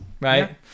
right